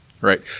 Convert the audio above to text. Right